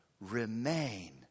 remain